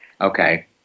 Okay